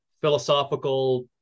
philosophical